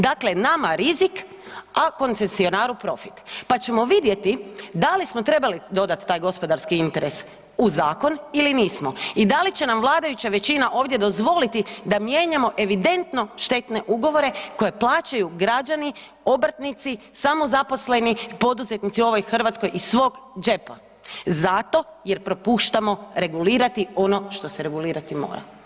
Dakle, nama rizik, a koncesionaru profit pa ćemo vidjeti da li smo trebali dodati taj gospodarski interes u zakon ili nismo i da li će nam vladajuća većina ovdje dozvoliti da mijenjamo evidentno štetne ugovore koje plaćaju građani, obrtnici, samozaposleni, poduzetnici u ovoj Hrvatskoj iz svog džepa zato jer propuštamo regulirati ono što se regulirati mora.